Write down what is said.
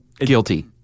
Guilty